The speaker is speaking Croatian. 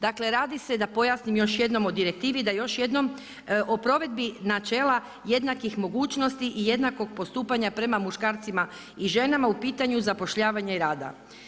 Dakle, radi se da pojasnim još jednom o direktivi da još jednom o provedbi načela jednakih mogućnosti i jednakog postupanja prema muškarcima i ženama u pitanju zapošljavanja i rada.